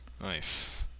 nice